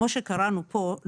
כמו שקראנו פה,